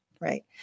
Right